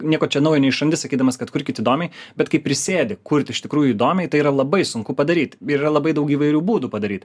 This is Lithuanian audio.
nieko čia naujo neišrandi sakydamas kad kurkit įdomiai bet kai prisėdi kurti iš tikrųjų įdomiai tai yra labai sunku padaryti yra labai daug įvairių būdų padaryt